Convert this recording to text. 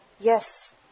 yes